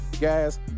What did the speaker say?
guys